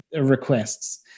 requests